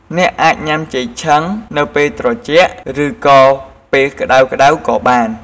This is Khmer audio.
អ្នកអាចញុំាចេកឆឹងនៅពេលត្រជាក់ ឬក៏ពេលក្តៅៗក៏បាន។